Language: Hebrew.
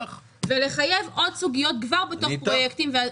ולחייב עוד סוגיות כבר בתוך הפרויקטים.